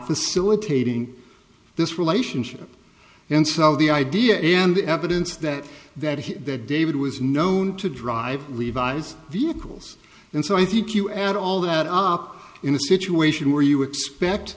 facilitating this relationship and sell the idea and the evidence that that he that david was known to drive levi's vehicles and so i think you add all that all up in a situation where you expect